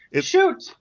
Shoot